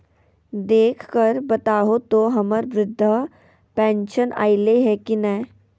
देख कर बताहो तो, हम्मर बृद्धा पेंसन आयले है की नय?